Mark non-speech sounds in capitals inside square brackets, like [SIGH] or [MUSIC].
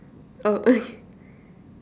oh okay [LAUGHS]